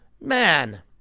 Man